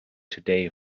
today